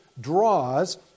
draws